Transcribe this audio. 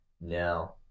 No